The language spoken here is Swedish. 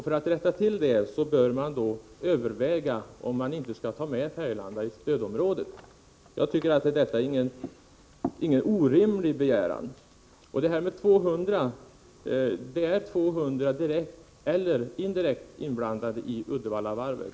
För att rätta till detta bör man överväga om inte Färgelanda skall tas med i stödområdet Det är ingen orimlig begäran. Det gäller ju 200 personer från Färgelanda kommun som direkt eller indirekt är inblandade i Uddevallavarvet.